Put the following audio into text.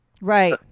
Right